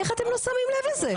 איך אתם לא שמים לב לזה?